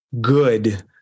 good